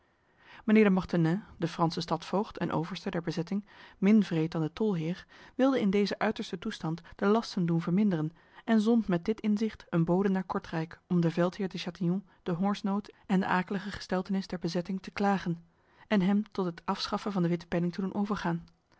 mijnheer de mortenay de franse stadsvoogd en overste der bezetting min wreed dan de tolheer wilde in deze uiterste toestand de lasten doen verminderen en zond met dit inzicht een bode naar kortrijk om de veldheer de chatillon de hongersnood en de aaklige gesteltenis der bezetting te klagen en hem tot het afschaffen van de witte penning te doen overgaan